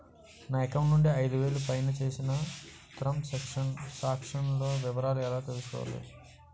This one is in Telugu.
నా అకౌంట్ నుండి ఐదు వేలు పైన చేసిన త్రం సాంక్షన్ లో వివరాలు ఎలా తెలుసుకోవాలి?